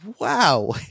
wow